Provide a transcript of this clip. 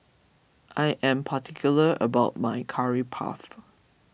I am particular about my Curry Puff